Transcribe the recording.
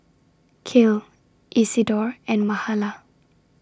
Cale Isidor and Mahala